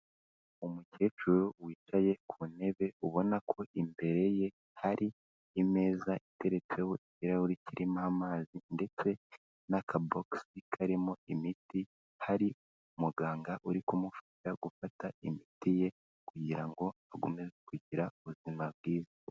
Umukecuru wicaye ku ntebe ubona ko imbere ye hari imeza iterekaho ikirahure kirimo hari umuganga uri kumufasha gufata imiti ye kugira ngo agume kugira ubuzima bwiza.